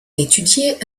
étudié